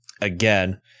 Again